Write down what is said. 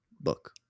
book